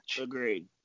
Agreed